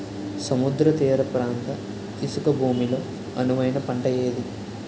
సముద్ర తీర ప్రాంత ఇసుక భూమి లో అనువైన పంట ఏది?